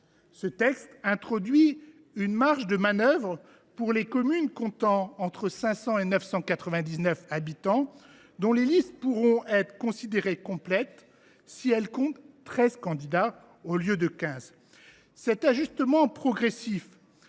Ce texte introduit ainsi une marge de manœuvre pour les communes comptant entre 500 et 999 habitants, dont les listes pourront être considérées comme complètes si elles comptent treize candidats au lieu de quinze. Cet ajustement progressif